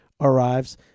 arrives